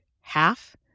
half